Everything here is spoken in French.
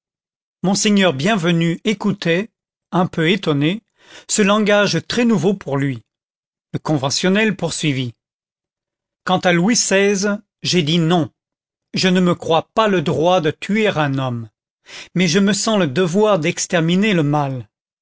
monseigneur bienvenu écoutait un peu étonné ce langage très nouveau pour lui le conventionnel poursuivit quant à louis xvi j'ai dit non je ne me crois pas le droit de tuer un homme mais je me sens le devoir d'exterminer le mal